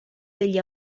degli